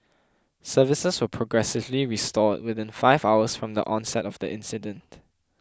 services were progressively restored within five hours from the onset of the incident